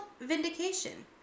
vindication